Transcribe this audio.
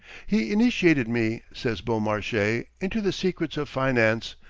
he initiated me says beaumarchais, into the secrets of finance,